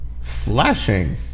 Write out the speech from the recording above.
flashing